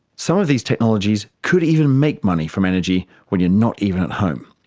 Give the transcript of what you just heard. some of these technologies could even make money from energy when you are not even at home.